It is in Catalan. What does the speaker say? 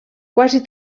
quasi